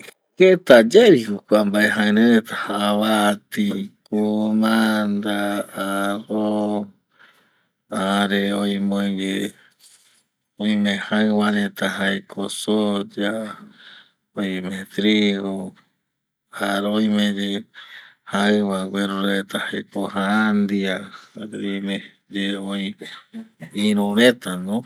Jeta yae vi ko kua mbae jaɨ reta abati, kumanda, arroz jare oime oi ye, oime jaɨ va reta jaeko, soya oime trigo jare oime oi ye jaɨ va gueru reta jaeko jandia jare oime ye oi iru reta no